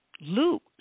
Luke